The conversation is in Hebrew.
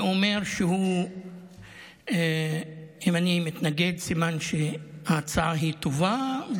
ואומר שאם אני מתנגד סימן שההצעה טובה,